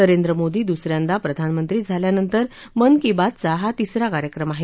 नरेंद्र मोदी दुसऱ्यांदा प्रधानमंत्री झाल्यानंतर मन की बातचा हा तिसरा कार्यक्रम आहे